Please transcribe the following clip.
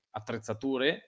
attrezzature